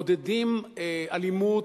מעודדים אלימות,